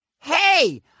Hey